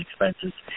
expenses